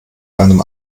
einem